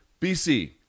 BC